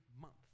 month